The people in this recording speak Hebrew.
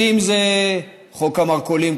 חוק המרכולים,